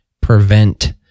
prevent